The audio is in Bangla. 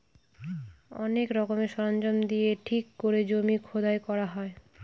অনেক রকমের সরঞ্জাম দিয়ে ঠিক করে জমি খোদাই করা হয়